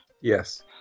Yes